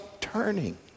turning